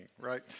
right